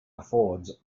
affords